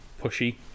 pushy